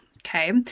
Okay